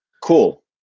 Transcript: Cool